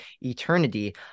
eternity